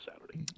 Saturday